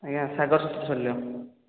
ଆଜ୍ଞା ସାଗର୍ କୌଶଲ୍ୟ